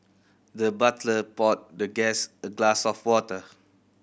the butler poured the guest a glass of water